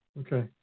Okay